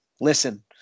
listen